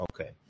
okay